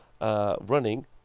running